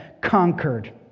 conquered